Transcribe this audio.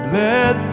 let